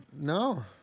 No